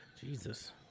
Jesus